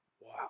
Wow